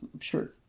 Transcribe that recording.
sure